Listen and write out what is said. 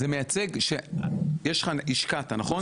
השקעת נכון?